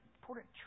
important